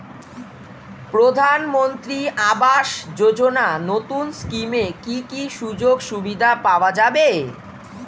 প্রধানমন্ত্রী আবাস যোজনা নতুন স্কিমে কি কি সুযোগ সুবিধা পাওয়া যাবে?